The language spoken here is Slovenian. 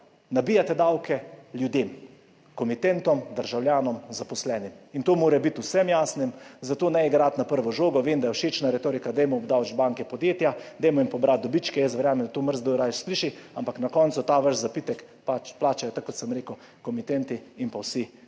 nabijate davke ljudem, komitentom, državljanom, zaposlenim. To mora biti vsem jasno, zato ne igrati na prvo žogo. Vem, da je všečna retorika, da dajmo obdavčiti banke, podjetja, dajmo jim pobrati dobičke, jaz verjamem, da to marsikdo raje sliši, ampak na koncu ta vaš zapitek pač plačajo, tako kot sem rekel, komitenti in vsi zaposleni.